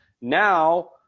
Now